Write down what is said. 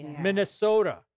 Minnesota